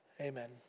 amen